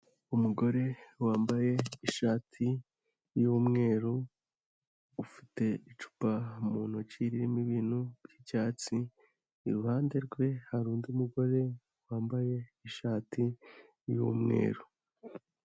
Umugore wambaye ishati y'umweru, ufite icupa mu ntoki ririmo ibintu by'icyatsi, iruhande rwe hari undi mugore wambaye ishati y'umweru.